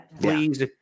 Please